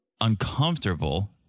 uncomfortable